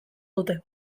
dute